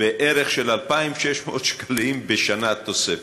בערך של 2,600 שקלים בשנה, תוספת.